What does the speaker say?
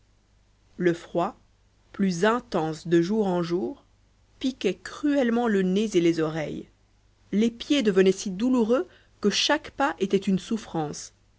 le froid plus intense de jour en jour piquait cruellement le nez et les oreilles les pieds devenaient si douloureux que chaque pas était une souffrance